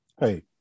Hey